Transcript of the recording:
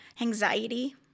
anxiety